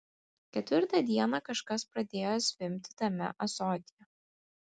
ketvirtą dieną kažkas pradėjo zvimbti tame ąsotyje